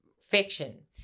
fiction